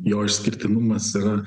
jo išskirtinumas yra